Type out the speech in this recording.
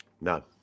no